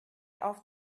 auf